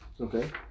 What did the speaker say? Okay